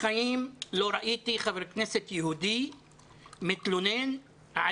בחיים לא ראיתי חבר כנסת יהודי מתלונן על